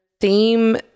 theme